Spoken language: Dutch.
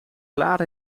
klaar